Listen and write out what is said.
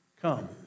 Come